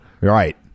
right